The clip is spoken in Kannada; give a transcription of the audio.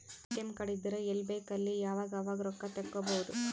ಎ.ಟಿ.ಎಮ್ ಕಾರ್ಡ್ ಇದ್ದುರ್ ಎಲ್ಲಿ ಬೇಕ್ ಅಲ್ಲಿ ಯಾವಾಗ್ ಅವಾಗ್ ರೊಕ್ಕಾ ತೆಕ್ಕೋಭೌದು